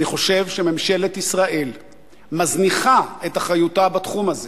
אני חושב שממשלת ישראל מזניחה את אחריותה בתחום הזה.